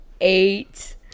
eight